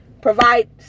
provide